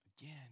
again